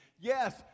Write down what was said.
yes